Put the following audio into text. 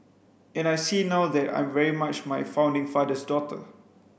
and I see now that I'm very much my founding father's daughter